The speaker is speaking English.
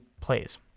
plays